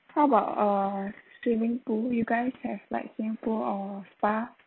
how about uh swimming pool you guys have like swimming pool or spa